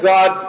God